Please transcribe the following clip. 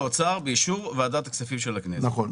אם החוק מצריך את אישור ועדת הכספים של הכנסת ,